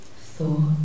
thought